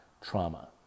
trauma